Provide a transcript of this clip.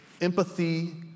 empathy